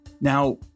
Now